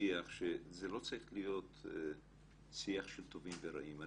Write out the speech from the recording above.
השיח שזה לא צריך להיות שיח של טובים ורעים.